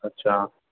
अच्छा